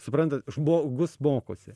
suprantat žmogus mokosi